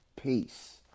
peace